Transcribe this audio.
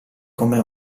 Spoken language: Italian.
come